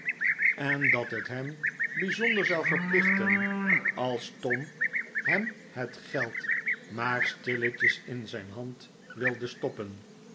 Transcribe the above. en dat het hem bijzonder zou verplichten als tom hem het geld maar stilletjes in zijn hand wilde stoppen